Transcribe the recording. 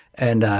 and